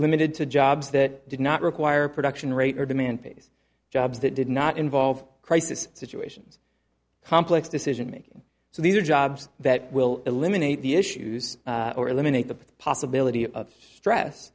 limited to jobs that did not require production rate or demand pace jobs that did not involve crisis situations complex decision making so these are jobs that will eliminate the issues or eliminate the possibility of stress